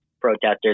protesters